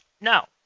Now